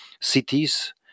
cities